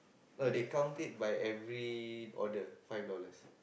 uh they count it by every order five dollar